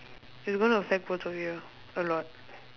it's gonna affect both of you a lot